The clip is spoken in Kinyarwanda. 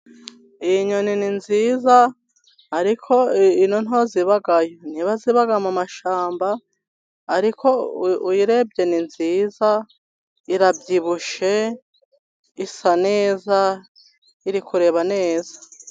Iyi nyoni ni nziza ariko ino nta bwo zibayo. Niba ziba mumashyamba, ariko uyirebye ni nziza, irabyibushye, isa neza, iri kureba neza.